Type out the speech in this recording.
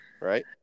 Right